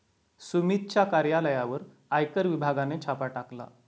सुमितच्या कार्यालयावर आयकर विभागाने छापा टाकला